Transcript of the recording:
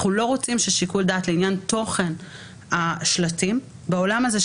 ואנחנו לא רוצים את שיקול הדעת לעניין תוכן השלטים בעולם הזה,